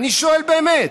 אני שואל באמת: